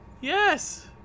Yes